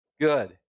good